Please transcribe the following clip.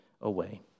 away